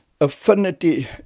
affinity